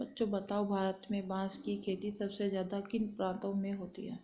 बच्चों बताओ भारत में बांस की खेती सबसे ज्यादा किन प्रांतों में होती है?